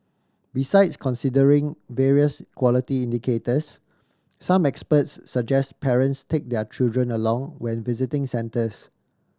besides considering various quality indicators some experts suggest parents take their children along when visiting centres